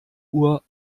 uhr